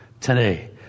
today